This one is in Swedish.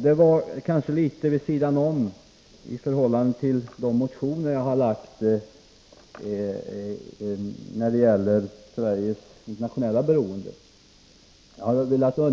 Detta var kanske litet vid sidan av de motioner jag har väckt när det gäller Sveriges internationella beroende. Men jag har velat göra